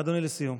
אדוני, לסיום.